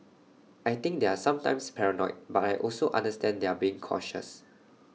I think they're sometimes paranoid but I also understand they're being cautious